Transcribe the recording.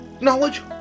Knowledge